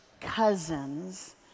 cousins